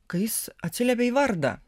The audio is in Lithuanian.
kai jis atsiliepia į vardą